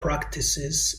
practices